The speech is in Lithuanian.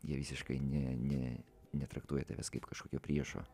jie visiškai ne ne netraktuoja tavęs kaip kažkokio priešo